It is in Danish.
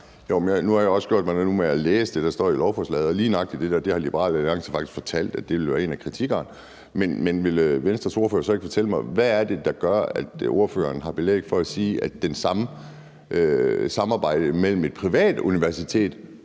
nu har jeg også gjort mig den umage at læse det, der står i beslutningsforslaget, og lige nøjagtig det har Liberal Alliance faktisk fortalt ville være et af kritikpunkterne. Men vil Venstres ordfører så ikke fortælle mig, hvad det er, der gør, at ordføreren har belæg for at sige, at det samme samarbejde mellem et privat universitet